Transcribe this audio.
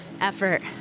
effort